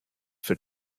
for